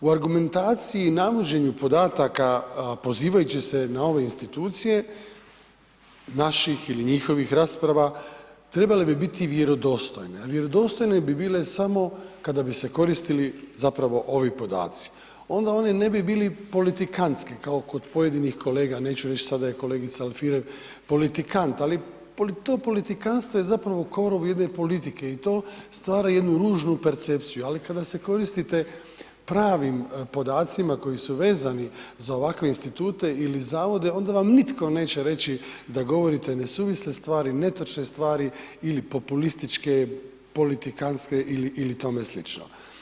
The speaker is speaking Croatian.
U argumentaciji i navođenju podataka, pozivajući se na ove Institucije naših ili njihovih rasprava, trebale bi biti vjerodostojne, a vjerodostojne bi bile samo kada bi se koristili zapravo ovi podaci, onda oni ne bi bili politikantski kao kod pojedinih kolega, neću reć' sad je kolegica Alfirev politikant, ali to politikantstvo je zapravo korov jedne politike, i to stvara jednu ružnu percepciju, ali kada se koristite pravim podacima koji su vezani za ovakve Institute ili Zavode onda vam nitko neće reći da govorite nesuvisle stvari, netočne stvari ili populističke, politikantske ili tome slično.